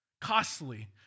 Costly